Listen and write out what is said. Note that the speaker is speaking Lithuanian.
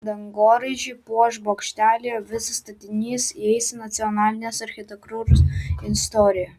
dangoraižį puoš bokšteliai o visas statinys įeis į nacionalinės architektūros istoriją